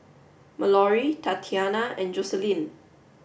Mallory Tatianna and Joselyn